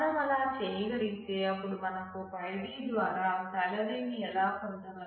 మనం అలా చేయగలిగితే అప్పుడు మనకు ఒక ఐడి ద్వారా సాలరీని ఎలా పొందగలం